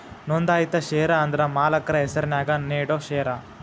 ನೋಂದಾಯಿತ ಷೇರ ಅಂದ್ರ ಮಾಲಕ್ರ ಹೆಸರ್ನ್ಯಾಗ ನೇಡೋ ಷೇರ